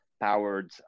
Powered